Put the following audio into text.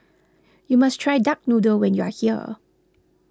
you must try Duck Noodle when you are here